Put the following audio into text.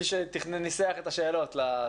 אנחנו מכירים את הנתונים האלה ואת מי שניסח את השאלות.